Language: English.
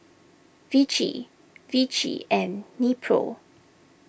Vichy Vichy and Nepro